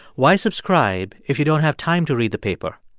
why subscribe if you don't have time to read the paper,